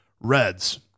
Reds